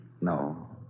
No